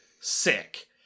sick